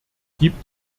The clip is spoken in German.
gibt